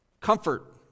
comfort